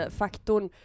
faktorn